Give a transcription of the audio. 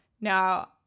Now